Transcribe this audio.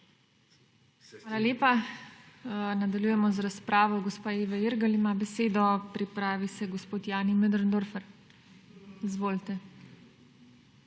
Hvala lepa. Nadaljujemo z razpravo. Gospa Eva Irgl ima besedo. Pripravi se gospod Jani Möderndorfer. Izvolite.